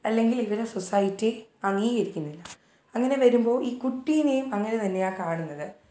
അല്ലെങ്കിലിവരെ society അംഗീകരിക്കുന്നില്ല അങ്ങനെ വരുമ്പോൾ ഈ കുട്ടീനെ അങ്ങനെ തന്നെയാണ് കാണുന്നത്